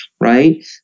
right